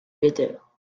better